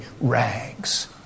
rags